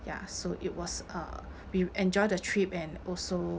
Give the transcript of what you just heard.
ya so it was a we've enjoyed the trip and also